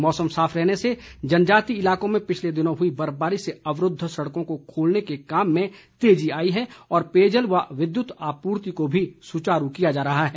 मौसम साफ रहने से जनजातीय इलाकों में पिछले दिनों हुई बर्फबारी से अवरूद्व सड़कों को खोलने के कार्यों में तेजी आई है और पेयजल व विद्युत आपूर्ति को भी सुचारू किया जा रहा है